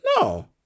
No